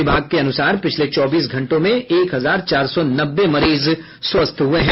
विभाग के अनुसार पिछले चौबीस घंटों में एक हजार चार सौ नब्बे मरीज स्वस्थ हुए हैं